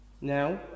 Now